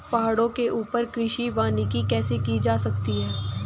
पहाड़ों के ऊपर कृषि वानिकी कैसे की जा सकती है